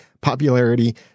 popularity